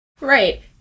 Right